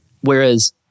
whereas